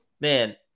man